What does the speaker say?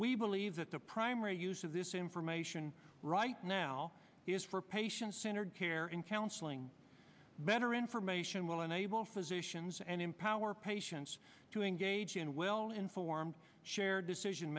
we believe that the primary use of this information right now is for patient centered care in counseling better information will enable physicians and empower patients to engage in well informed shared decision